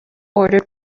ordered